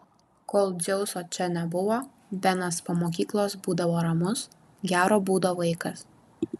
kol dzeuso čia nebuvo benas po mokyklos būdavo ramus gero būdo vaikas